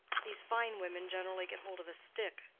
these fine women generally get hold of a stick.